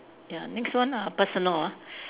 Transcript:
ya next one ah personal ah